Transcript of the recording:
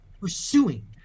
pursuing